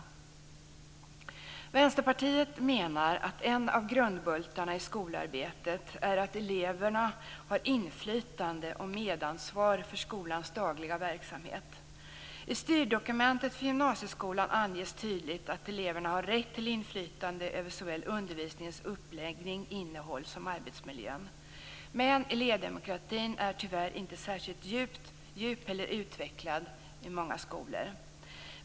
Vi i Vänsterpartiet menar att en av grundbultarna i skolarbetet är att eleverna har inflytande och medansvar vad gäller skolans dagliga verksamhet. I styrdokumentet för gymnasieskolan anges tydligt att eleverna har rätt till inflytande över såväl undervisningens uppläggning och innehåll som arbetsmiljön men elevdemokratin är, tyvärr, inte särskilt djup eller utvecklad på många skolor.